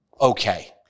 okay